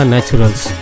Naturals